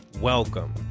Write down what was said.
Welcome